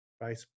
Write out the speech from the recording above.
right